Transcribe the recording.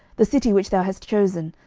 the city which thou hast chosen,